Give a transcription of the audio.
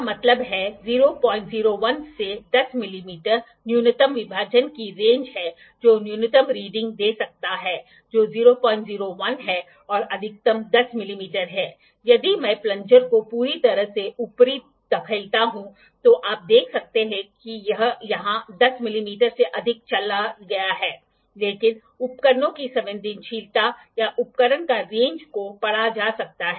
metrology में देखें यह माप का विज्ञान है यहां हम क्या करते हैं हम मेग्नीट्यूड रखने की कोशिश करेंगे और फिर हम इकाइयों को रखने की कोशिश करेंगे ये इकाइयां बहुत महत्वपूर्ण हैं ठीक है यह हो सकता है माइक्रोनस में यह रेडियनस में भी हो सकता है